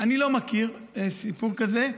אני לא מכיר סיפור כזה.